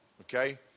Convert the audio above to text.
Okay